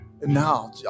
Now